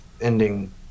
ending